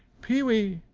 pee-wee!